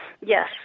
yes